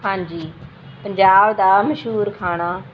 ਹਾਂਜੀ ਪੰਜਾਬ ਦਾ ਮਸ਼ਹੂਰ ਖਾਣਾ